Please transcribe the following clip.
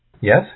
Yes